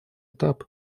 этап